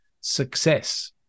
success